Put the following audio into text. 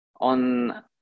on